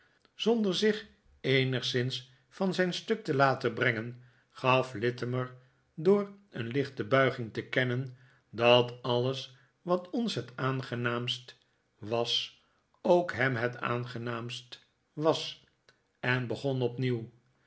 zonder zich eenigszins van zijn stuk te laten brengen gaf littimer door een lichte buiging te kennen dat alles wat ons het aangenaamst was ook hem het aangenaamst was en begon opnieuw